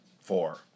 Four